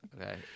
Okay